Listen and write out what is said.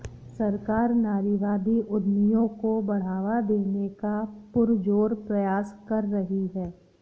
सरकार नारीवादी उद्यमियों को बढ़ावा देने का पुरजोर प्रयास कर रही है